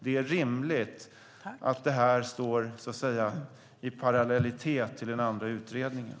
Det är rimligt att det här står i parallellitet till den andra utredningen.